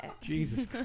Jesus